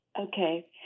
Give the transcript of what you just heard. Okay